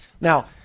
Now